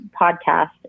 podcast